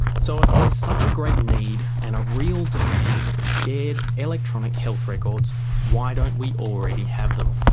so if there's such a great need and a real demand for shared electronic health records why don't we already have them,